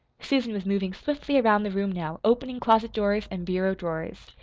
susan was moving swiftly around the room now, opening closet doors and bureau drawers.